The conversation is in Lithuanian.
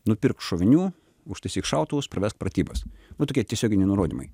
nupirk šovinių užtaisyk šautuvus pravesk pratybas nu tokie tiesioginiai nurodymai